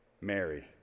Mary